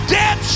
dead